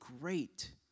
great